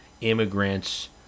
immigrants